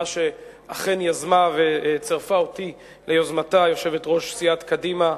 הצעה שאכן יזמה וצירפה אותי ליוזמתה יושבת-ראש סיעת קדימה,